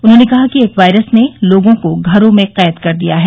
उन्होंने कहा कि एक वायरस ने लोगों को घरों में कैद कर दिया है